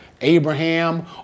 Abraham